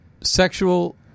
sexual